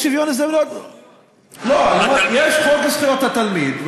יש, יש חוק זכויות התלמיד.